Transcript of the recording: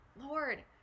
lord